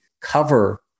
cover